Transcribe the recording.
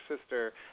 sister